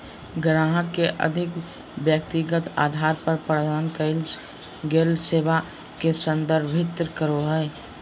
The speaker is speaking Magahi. ग्राहक के अधिक व्यक्तिगत अधार पर प्रदान कइल गेल सेवा के संदर्भित करो हइ